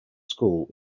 school